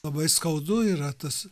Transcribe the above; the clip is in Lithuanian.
labai skaudu yra tas